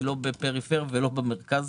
לא בפריפריה ולא במרכז,